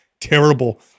terrible